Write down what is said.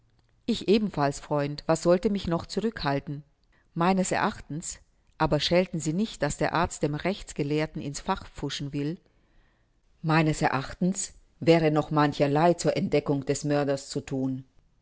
ich ebenfalls freund was sollte mich noch zurückhalten meines erachtens aber schelten sie nicht daß der arzt dem rechtsgelehrten in's fach pfuschen will meines erachtens wäre noch mancherlei zur entdeckung des mörders zu thun